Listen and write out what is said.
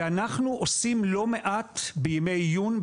ואנחנו עושים לא מעט בימי עיון,